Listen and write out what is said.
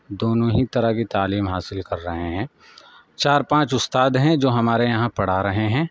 دونوں ہی طرح کی تعلیم حاصل کر رہے ہیں چار پانچ استاد ہیں جو ہمارے یہاں پڑھا رہے ہیں